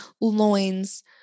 loins